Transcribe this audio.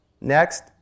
Next